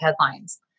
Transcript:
headlines